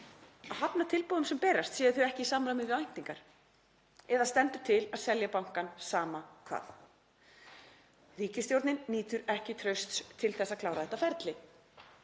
að hafna tilboðum sem berast séu þau ekki í samræmi við væntingar? Eða stendur til að selja bankann, sama hvað? Ríkisstjórnin nýtur ekki trausts til þess að klára þetta ferli.